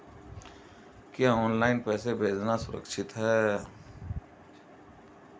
क्या ऑनलाइन पैसे भेजना सुरक्षित है?